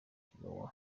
iwawa